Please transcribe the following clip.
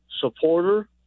supporter